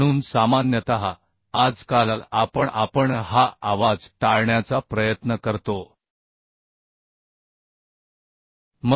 आणखी एक गोष्ट महत्त्वाची आहे ती म्हणजे उच्च पातळीचा आवाज निर्माण होतो त्यामुळे ज्या ठिकाणी बांधकाम चालू आहे तेथे उच्च पातळीचा आवाज निर्माण केला जाऊ शकतो म्हणून सामान्यतः आजकाल आपण हा आवाज टाळण्याचा प्रयत्न करतो